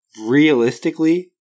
realistically